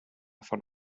von